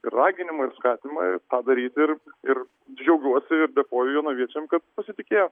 raginimą ir skatinamą tą daryti ir ir džiaugiuosi ir dėkoju jonaviečiams kad pasitikėjo